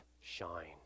shine